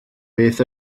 beth